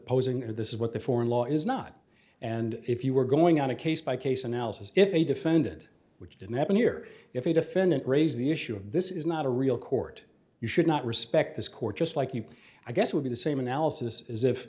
posing of this is what the foreign law is not and if you were going on a case by case analysis if a defendant which didn't happen here if a defendant raise the issue of this is not a real court you should not respect this court just like you i guess would be the same analysis as if